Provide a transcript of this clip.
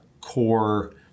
core